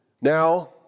Now